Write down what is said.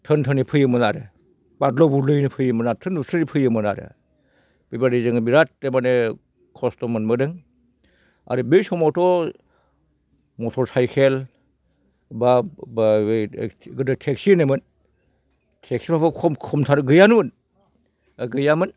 थोनथोनै फैयोमोन आरो बाद्ल' बुद्ल'यैनो फैयोमोन नारथ्रोद नुरथ्रोदै फैयोमोन आरो बेबायदि जोङो बिराद माने खस्त' मोनबोदों आरो बै समावथ' मथर साइकेल बा बे गोदो टेक्सि होनोमोन टेक्सिफ्राबो खम खमथार गैयानोमोन गैयामोन